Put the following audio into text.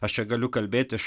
aš čia galiu kalbėti iš